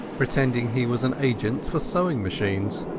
pretending he was an agent for sewing-machines.